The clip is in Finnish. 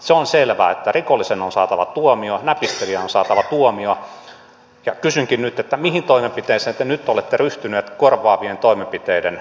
se on selvää että rikollisen on saatava tuomio näpistelijän on saatava tuomio ja kysynkin mihin toimenpiteisiin te nyt olette ryhtynyt korvaavien toimenpiteiden valmistamiseksi